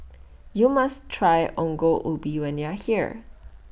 YOU must Try Ongol Ubi when YOU Are here